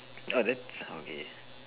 oh that's okay